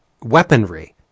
weaponry